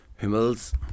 Hummels